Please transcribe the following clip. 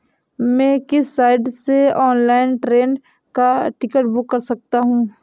मैं किस साइट से ऑनलाइन ट्रेन का टिकट बुक कर सकता हूँ?